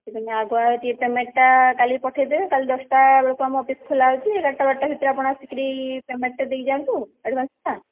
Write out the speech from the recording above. ତା'ମାନେ ଆଗୁଆ ଟିକେ ପେମେଣ୍ଟଟା କାଲି ପଠାଇଦେବେ କାଲି ଦଶଟା ବେଳକୁ ଆମ ଅଫିସ୍ ଖୋଲା ଅଛି ଏଗାରଟା ବାରଟା ଭିତରେ ଆପଣ ଆସିକିରି ପେମେଣ୍ଟଟା ଦେଇକି ଯାଆନ୍ତୁ ଆଡ଼ଭାନ୍ସଟା